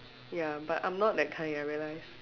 ya but I'm not that kind I realize